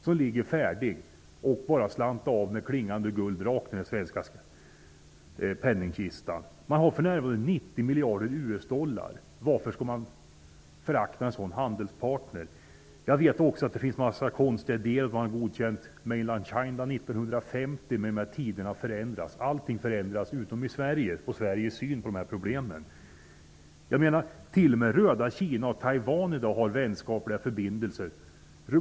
Den finns där klar att slantas upp med klingande guld rakt in i den svenska penningkistan. Taiwan har f.n. 90 miljarder US dollar. Varför skall man förakta en sådan handelspartner? Jag vet också att det finns en massa konstiga idéer om att man t.ex. har godkänt ''mainland China'' redan 1950. Men tiderna har förändrats. Allt förändras, utom i Sverige vad gäller Sveriges syn på dessa problem. T.o.m. röda Kina och Taiwan har i dag vänskapliga förbindelser.